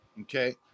okay